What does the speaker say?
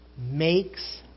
makes